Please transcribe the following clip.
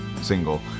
single